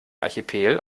archipel